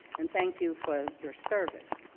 and thank you for your service.